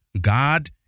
God